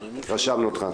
רשמנו אותך.